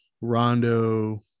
Rondo